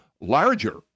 larger